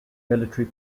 military